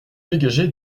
dégagé